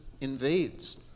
invades